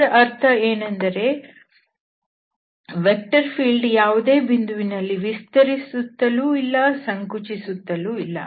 ಇದರರ್ಥ ಏನೆಂದರೆ vector field ಯಾವುದೇ ಬಿಂದುವಿನಲ್ಲಿ ವಿಸ್ತರಿಸುತ್ತಲೂ ಇಲ್ಲ ಸಂಕುಚಿಸುತ್ತಲೂ ಇಲ್ಲ